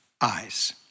eyes